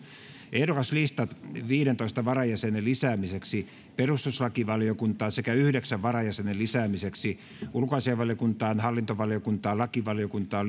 ehdokaslistat viidentoista varajäsenen lisäämiseksi perustuslakivaliokuntaan sekä yhdeksän varajäsenen lisäämiseksi ulkoasiainvaliokuntaan hallintovaliokuntaan lakivaliokuntaan